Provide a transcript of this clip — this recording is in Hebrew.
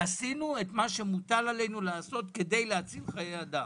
שעשינו את מה שמוטל עלינו לעשות ומה שנדרש כדי להציל חיי אדם.